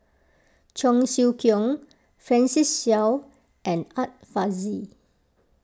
Cheong Siew Keong Francis Seow and Art Fazil